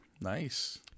Nice